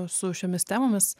su šiomis temomis